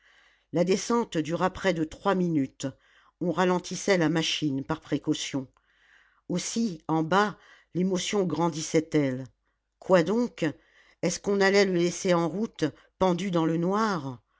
la descente dura près de trois minutes on ralentissait la machine par précaution aussi en bas l'émotion grandissait elle quoi donc est-ce qu'on allait le laisser en route pendu dans le noir